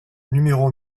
numéro